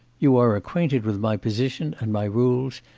you are acquainted with my position and my rules,